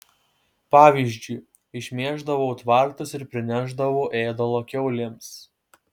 pavyzdžiui išmėždavau tvartus ir prinešdavau ėdalo kiaulėms